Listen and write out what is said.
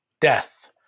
death